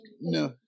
no